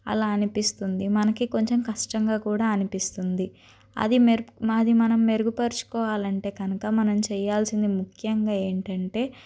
అలా అనిపిస్తుంది మనకి కొంచెం కష్టంగా కూడా అనిపిస్తుంది అది మెర్ అది మెరుగుపరచుకోవాలంటే కనుక మనం చేయాల్సింది ముఖ్యంగా ఏంటంటే